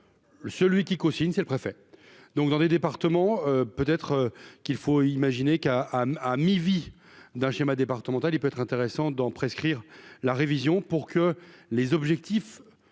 Celui qui cosigne c'est le préfet, donc dans des départements, peut être qu'il faut imaginer qu'à à à mi-vie d'un schéma départemental, il peut être intéressant d'en prescrire la révision pour que les objectifs